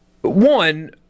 one